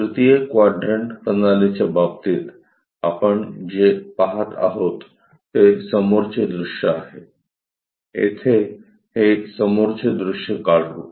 तृतीय क्वाड्रंट प्रणालीच्या बाबतीत आपण जे पहात आहोत ते समोरचे दृश्य आहे येथे हे समोरचे दृश्य काढू